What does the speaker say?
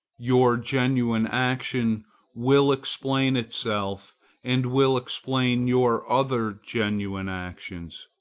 your genuine action will explain itself and will explain your other genuine actions.